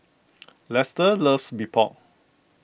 Lester loves Mee Pok